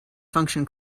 function